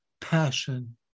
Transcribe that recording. Passion